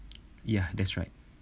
ya that's right